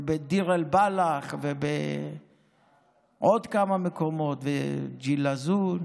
ובדיר אל-בלח ובעוד כמה מקומות, בג'לזון,